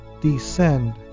descend